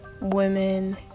women